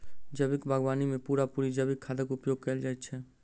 जैविक बागवानी मे पूरा पूरी जैविक खादक उपयोग कएल जाइत छै